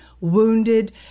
Wounded